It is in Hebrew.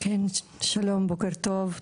שלום, בוקר טוב.